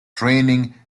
training